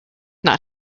not